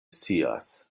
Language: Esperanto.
scias